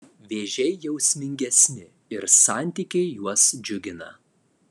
vėžiai jausmingesni ir santykiai juos džiugina